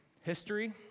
history